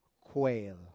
quail